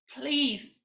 please